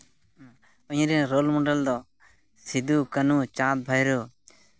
ᱤᱧᱨᱮᱱ role model ᱫᱚ ᱥᱤᱫᱩ ᱠᱟᱹᱱᱦᱩ ᱪᱟᱸᱫᱽ ᱵᱷᱟᱹᱭᱨᱳ